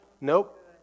Nope